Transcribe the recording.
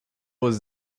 was